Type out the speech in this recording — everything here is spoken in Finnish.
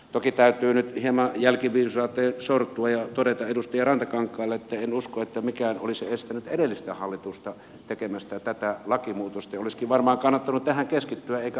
toki täytyy nyt hieman jälkiviisauteen sortua ja todeta edustaja rantakankaalle että en usko että mikään olisi estänyt edellistä hallitusta tekemästä tätä lakimuutosta ja olisikin varmaan kannattanut tähän keskittyä eikä asetustehtailuun